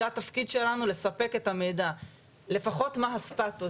זה התפקיד שלנו, לספק לפחות מה הסטטוס.